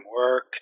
work